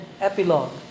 epilogue